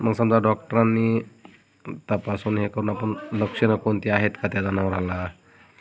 मग समजा डॉक्टरांनी तपासून हे करून आपण लक्षणं कोनती आहेत का त्या जनावराला